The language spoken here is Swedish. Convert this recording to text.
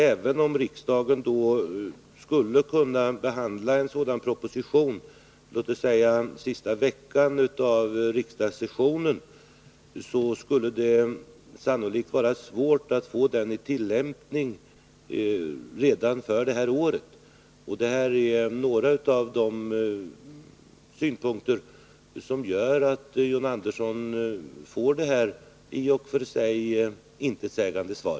Även om riksdagen då skulle kunna behandla en sådan proposition låt oss säga sista veckan av riksmötet, skulle det sannolikt vara svårt att få en ny lag i tillämpning redan det här året. Det här är några av de synpunkter som gör att John Andersson får detta i och för sig intetsägande svar.